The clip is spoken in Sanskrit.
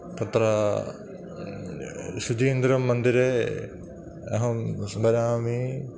तत्रा सुसीन्द्रं मन्दिरे अहं स्मरामि